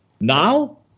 Now